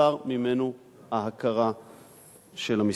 תוסר ממנו ההכרה של המשרד.